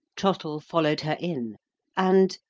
trottle followed her in and,